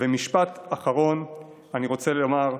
ומשפט אחרון שאני רוצה לומר: